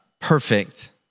perfect